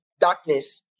darkness